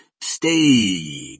Stay